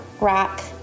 rock